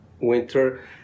winter